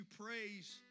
praise